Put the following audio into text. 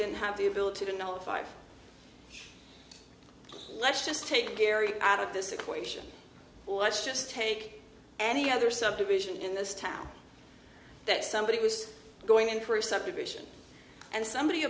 didn't have the ability to know five let's just take gary out of this equation let's just take any other subdivision in this town that somebody was going in for a subdivision and somebody